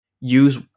use